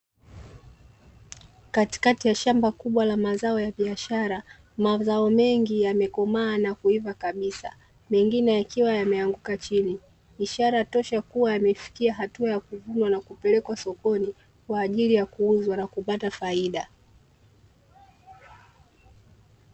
Katikati ya shamba kubwa la mazao ya biashara, mazao mengi yamekomaa na kuiva kabisa mengine, yakiwayameanguka chini ishara tosha kuwa yamefikia hatua yakuvunwa na kupelekwa sokoni kwa ajili ya kuuzwa na kupata faida.